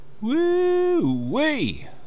Woo-wee